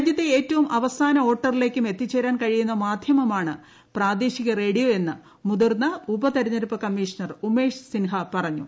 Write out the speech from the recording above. രാജ്യത്തെ ഏറ്റവും അവസാന വോട്ടറിലേക്കും എത്തിച്ചേരാൻ കഴിയുന്ന മാധ്യമമാണ് പ്രാദേശിക റേഡിയോ എന്ന് മുതിർന്ന ഉപ തെരഞ്ഞെടുപ്പ് കമ്മീണർ ഉമേഷ് സിൻഹ പറഞ്ഞു